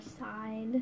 side